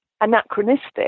anachronistic